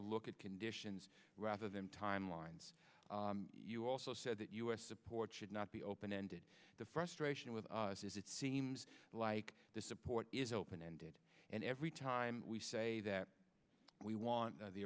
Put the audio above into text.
to look at conditions rather than timelines you also said that u s support should not be open ended the frustration with us is it seems like the support is open ended and every time we say that we want the